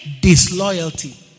disloyalty